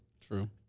True